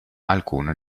alcune